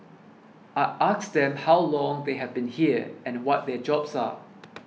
I asked them how long they have been here and what their jobs are